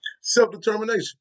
Self-determination